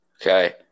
Okay